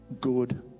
good